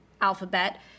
Alphabet